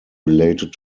related